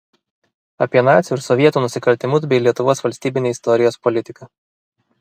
apie nacių ir sovietų nusikaltimus bei lietuvos valstybinę istorijos politiką